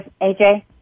AJ